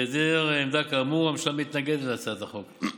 בהיעדר עמדה כאמור הממשלה מתנגדת להצעת החוק.